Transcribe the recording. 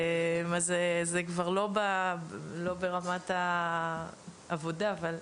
אז זה כבר לא ברמת העבודה, אבל,